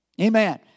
Amen